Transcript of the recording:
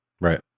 Right